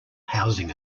housing